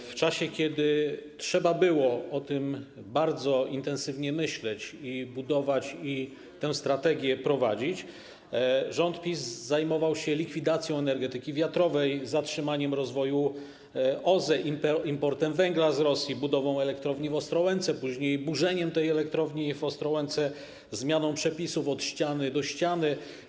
W czasie kiedy trzeba było o tym bardzo intensywnie myśleć i budować oraz prowadzić tę strategię, rząd PiS zajmował się likwidacją energetyki wiatrowej, zatrzymaniem rozwoju OZE, importem węgla z Rosji, budową elektrowni w Ostrołęce, później burzeniem tej elektrowni w Ostrołęce, zmianą przepisów od ściany do ściany.